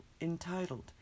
entitled